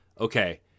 okay